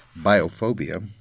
biophobia